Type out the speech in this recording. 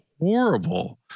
horrible